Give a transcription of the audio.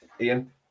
Ian